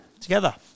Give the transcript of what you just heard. together